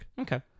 Okay